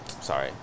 sorry